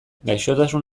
gaixotasun